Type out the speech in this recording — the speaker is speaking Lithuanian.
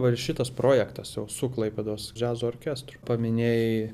va ir šitas projektas jau su klaipėdos džiazo orkestru paminėjai